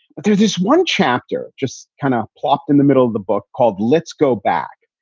but there's this one chapter just kind of plopped in the middle of the book called let's go back.